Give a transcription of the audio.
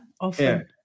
often